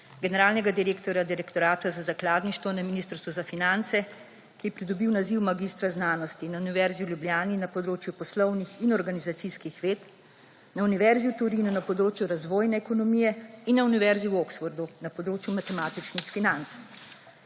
generalnega direktorja Direktorata za zakladništvo na Ministrstvu za finance, ki je pridobil naziv magistra znanosti na Univerzi v Ljubljani na področju poslovnih in organizacijskih ved, na Univerzi v Torinu na področju razvojne ekonomije in na Univerzi v Oxfordu na področju matematičnih financ.